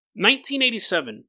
1987